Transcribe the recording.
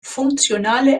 funktionale